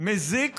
מזיק